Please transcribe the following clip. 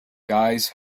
guys